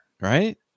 Right